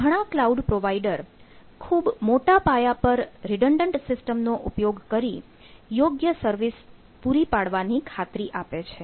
ઘણા cloud provider ખૂબ મોટા પાયા પર રિડંડન્ટ સિસ્ટમનો ઉપયોગ કરી યોગ્ય સર્વિસ પાડવા ની ખાતરી આપે છે